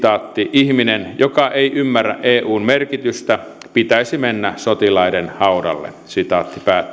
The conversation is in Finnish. ihmisen joka ei ymmärrä eun merkitystä pitäisi mennä sotilaiden haudalle